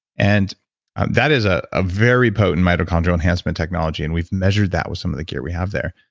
and that is a ah very potent mitochondria enhancement technology and we've measured that with some of the cure we have there.